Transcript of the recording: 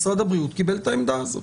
משרד הבריאות קיבל את העמדה הזאת.